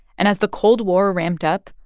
and as the cold war ramped up,